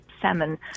salmon